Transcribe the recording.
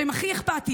שהם הכי אכפתיים,